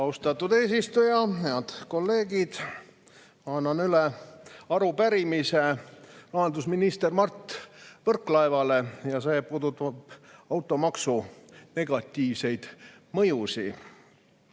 Austatud eesistuja! Head kolleegid! Annan üle arupärimise rahandusminister Mart Võrklaevale. See puudutab automaksu negatiivseid mõjusid.